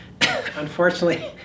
Unfortunately